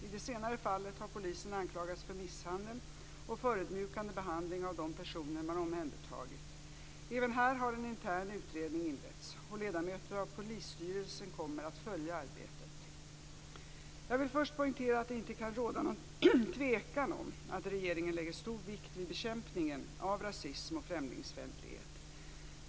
I det senare fallet har polisen anklagats för misshandel och förödmjukande behandling av de personer man omhändertagit. Även här har en intern utredning inletts, och ledamöter av polisstyrelsen kommer att följa arbetet. Jag vill först poängtera att det inte kan råda någon tvekan om att regeringen lägger stor vikt vid bekämpningen av rasism och främlingsfientlighet.